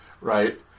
right